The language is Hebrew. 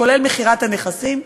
כולל מכירת הנכסים,